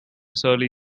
surly